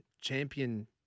champion